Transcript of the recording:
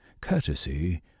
courtesy